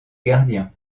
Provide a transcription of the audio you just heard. gardien